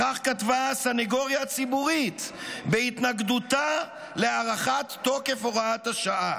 כך כתבה הסנגוריה הציבורית בהתנגדותה להארכת תוקף הוראת השעה: